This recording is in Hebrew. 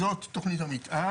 זו תכנית המתאר.